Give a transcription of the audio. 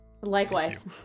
Likewise